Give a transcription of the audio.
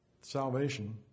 salvation